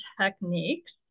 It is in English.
techniques